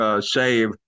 save